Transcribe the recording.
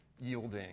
yielding